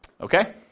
Okay